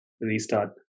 restart